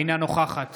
אינה נוכחת